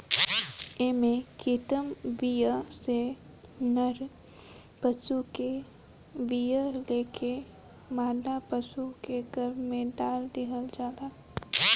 एमे कृत्रिम वीर्य से नर पशु के वीर्य लेके मादा पशु के गर्भ में डाल देहल जाला